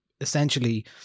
essentially